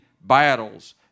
battles